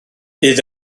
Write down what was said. bydd